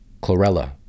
chlorella